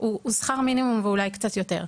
הוא שכר מינימום ואולי קצת יותר.